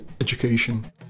education